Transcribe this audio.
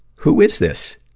who is this?